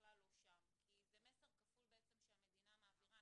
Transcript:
בכלל לא שם כי זה מסר כפול שהמדינה מעבירה.